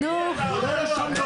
למה אין פה קריאות?